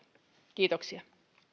kiitoksia